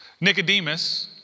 Nicodemus